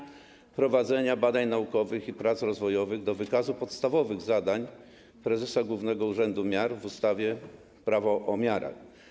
Dotyczy też wprowadzenia badań naukowych i prac rozwojowych do wykazu podstawowych zadań prezesa Głównego Urzędu Miar w ustawie - Prawo o miarach.